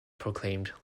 proclaimed